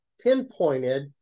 pinpointed